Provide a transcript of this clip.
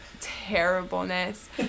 Terribleness